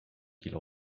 qu’il